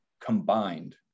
combined